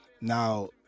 now